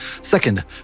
Second